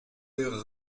les